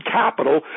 capital